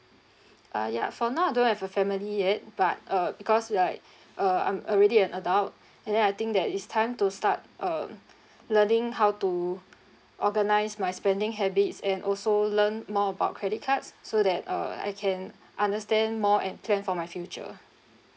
uh ya for now I don't have a family yet but uh because like uh I'm already an adult and then I think that it's time to start uh learning how to organise my spending habits and also learn more about credit cards so that uh I can understand more and plan for my future